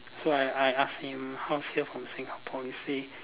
so I I ask him how's here from Singapore he say